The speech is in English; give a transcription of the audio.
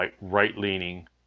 right-leaning